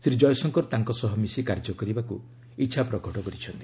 ଶ୍ରୀ ଜୟଶଙ୍କର ତାଙ୍କ ସହ ମିଶି କାର୍ଯ୍ୟ କରିବାକୁ ଇଚ୍ଛା ପ୍ରକାଶ କରିଛନ୍ତି